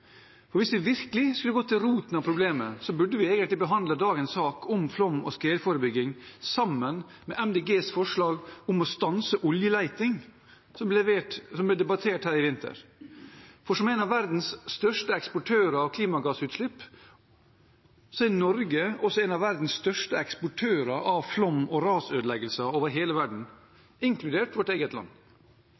Hvis vi virkelig skulle gått til roten av problemet, burde vi egentlig behandlet dagens sak om flom- og skredforebygging sammen med Miljøpartiet De Grønnes forslag om å stanse oljeleting, som ble debattert her i vinter. Som en av verdens største eksportører av klimagassutslipp er Norge også en av verdens største eksportører av flom- og rasødeleggelser over hele verden, inkludert vårt eget land.